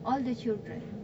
all the children